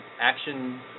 Action